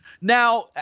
now